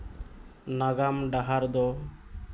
ᱱᱟᱜᱟᱢ ᱰᱟᱦᱟᱨ ᱫᱚ